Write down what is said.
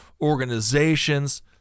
organizations